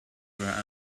were